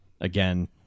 again